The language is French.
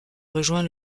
rejoint